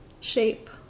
shape